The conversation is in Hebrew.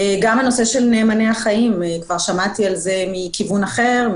גם הנושא של "נאמני החיים" כבר שמעתי על זה מכיוון אחר,